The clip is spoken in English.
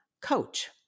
coach